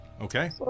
Okay